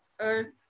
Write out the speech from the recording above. earth